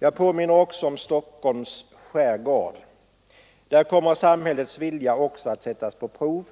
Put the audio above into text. Jag påminner slutligen om Stockholms skärgård. Där kommer samhällets vilja också att sättas på prov